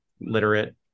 literate